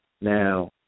Now